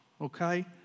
Okay